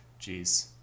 Jeez